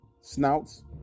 snouts